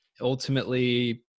ultimately